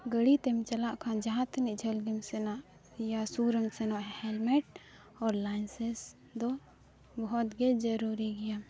ᱜᱟᱹᱲᱤᱛᱮᱢ ᱪᱟᱞᱟᱜ ᱠᱷᱟᱱ ᱡᱟᱦᱟᱸ ᱛᱤᱱᱟᱹᱜ ᱡᱷᱟᱹᱞ ᱜᱮᱢ ᱥᱮᱱᱟ ᱤᱭᱟᱹ ᱥᱩᱨᱮᱢ ᱥᱮᱱᱚᱜ ᱦᱮᱞᱢᱮᱴ ᱚᱨ ᱞᱟᱭᱥᱮᱱᱥ ᱫᱚ ᱵᱚᱦᱚᱛᱜᱮ ᱡᱟᱹᱨᱩᱨᱤ ᱜᱮᱭᱟ